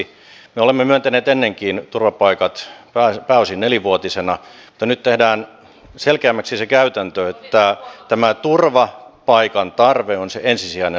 me olemme myöntäneet ennenkin turvapaikat pääosin nelivuotisina mutta nyt tehdään selkeämmäksi se käytäntö että tämä turvapaikan tarve on se ensisijainen lähtökohta